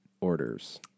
orders